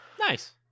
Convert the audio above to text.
Nice